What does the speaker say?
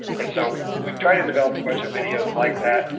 and so we've tried to develop a bunch of videos like that,